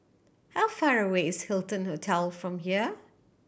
how far away is Hilton Hotel from here